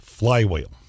flywheel